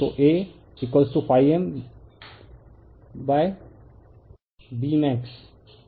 तो A m B max